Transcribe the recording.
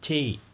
!chey!